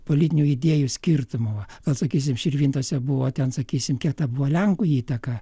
politinių idėjų skirtumo gal sakysim širvintose buvo ten sakysim kiek ta buvo lenkų įtaka